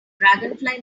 dragonfly